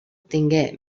tingué